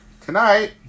Tonight